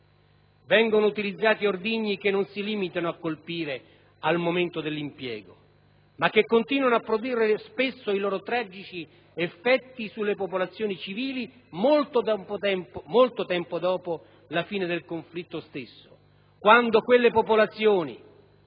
Vengono utilizzati ordigni che non si limitano a colpire al momento dell'impiego, ma che continuano a produrre i loro tragici effetti sulle popolazioni civili spesso molto tempo dopo la fine del conflitto stesso, quando le popolazioni